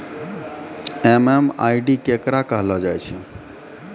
MMID केकरा कहलो जाय छै